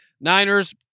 Niners